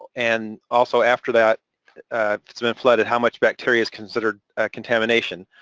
and also after that, if it's been flooded how much bacteria is considered a contamination,